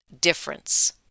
difference